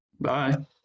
Bye